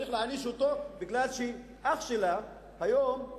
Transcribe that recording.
וצריך להעניש אותו בגלל שאח שלה שייך